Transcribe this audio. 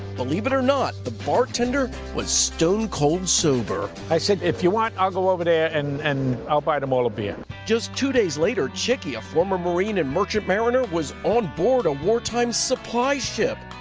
believe it or not, the bartender was stone cold sober. i said if you want, i'll go over there and and i'll buy them all a beer. reporter just two days later, chickie, a former marine and merchant mariner was onboard a war time supply ship.